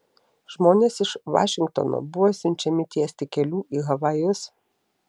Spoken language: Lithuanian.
žmonės iš vašingtono buvo siunčiami tiesti kelių į havajus